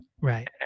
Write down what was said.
Right